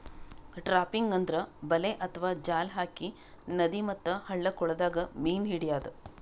trapping ಅಂದ್ರ ಬಲೆ ಅಥವಾ ಜಾಲ್ ಹಾಕಿ ನದಿ ಮತ್ತ್ ಹಳ್ಳ ಕೊಳ್ಳದಾಗ್ ಮೀನ್ ಹಿಡ್ಯದ್